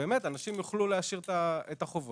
אנשים יוכלו להשאיר את החובות.